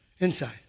inside